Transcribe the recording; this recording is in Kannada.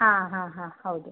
ಹಾಂ ಹಾಂ ಹಾಂ ಹೌದು